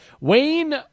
Wayne